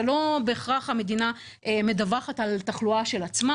זה לא בהכרח המדינה מדווחת על תחלואה של עצמה.